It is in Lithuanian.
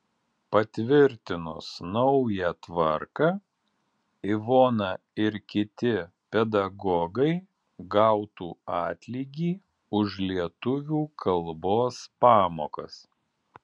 patvirtinus naują tvarką ivona ir kiti pedagogai gautų atlygį už lietuvių kalbos pamokas